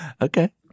Okay